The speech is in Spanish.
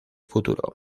futuro